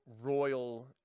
royal